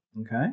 Okay